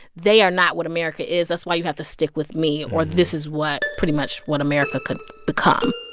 they are not what america is. that's why you have to stick with me, or this is what pretty much what america could become